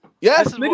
Yes